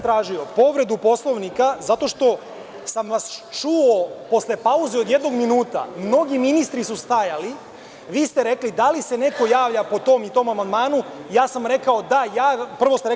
Tražio sam povredu Poslovnika zato što sam vas čuo posle pauze od jednog minuta, mnogi ministri su stajali, a vi ste rekli – da li se neko javlja po tom i tom amandmanu, ja sam rekao – da, javljam se…